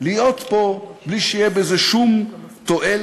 להיות פה בלי שתהיה בזה שום תועלת